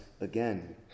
again